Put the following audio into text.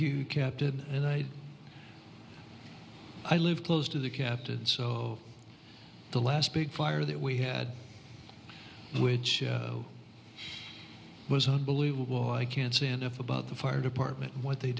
you captain and i i live close to the captain so the last big fire that we had which was unbelievable i can't say enough about the fire department and what they